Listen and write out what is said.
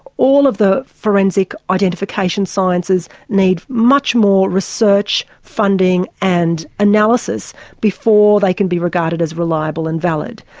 all of the forensic identification sciences need much more research, funding and analysis before they can be regarded as reliable and valid.